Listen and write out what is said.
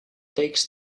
takes